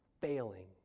failing